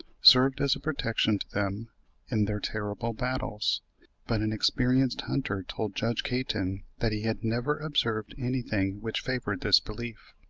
served as a protection to them in their terrible battles but an experienced hunter told judge caton that he had never observed anything which favoured this belief.